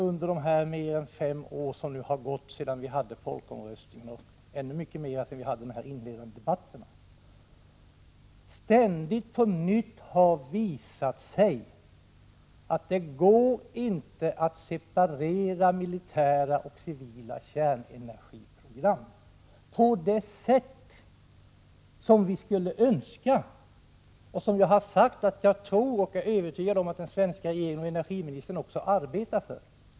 Under de mer än fem år som nu har gått sedan vi höll folkomröstningen, och ännu mycket mera sedan vi hade de inledande debatterna, har det ständigt på nytt visat sig att det inte går att separera militära och civila kärnenergiprogram på det sätt som vi skulle önska och som jag har förklarat att jag är övertygad om att den svenska regeringen och energiministern också arbetar för.